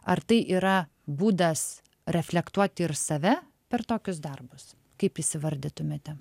ar tai yra būdas reflektuoti ir save per tokius darbus kaip įsivardytumėte